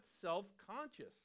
self-conscious